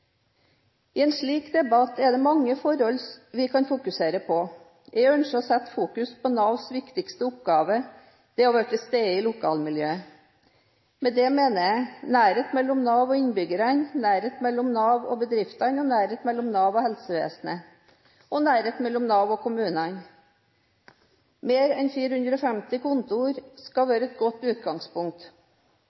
I en slik debatt er det mange forhold vi kan fokusere på. Jeg ønsker å fokusere på Navs viktigste oppgave: det å være til stede i lokalmiljøet. Med det mener jeg nærhet mellom Nav og innbyggerne, nærhet mellom Nav og bedriftene, nærhet mellom Nav og helsevesenet og nærhet mellom Nav og kommunene. Rundt 450 kontorer skulle være et godt utgangspunkt.